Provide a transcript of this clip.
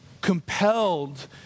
compelled